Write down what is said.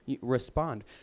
respond